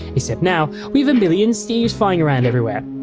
except now we have a million steve's flying around everywhere.